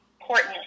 important